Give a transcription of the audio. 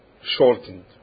shortened